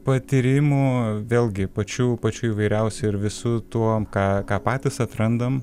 patyrimų vėlgi pačių pačių įvairiausių ir visu tuo ką ką patys atrandam